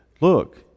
Look